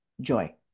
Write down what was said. joy